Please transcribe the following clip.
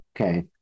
okay